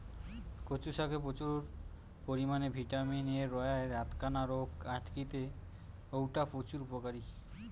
কচু শাকে প্রচুর পরিমাণে ভিটামিন এ রয়ায় রাতকানা রোগ আটকিতে অউটা প্রচুর উপকারী